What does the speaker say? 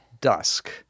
dusk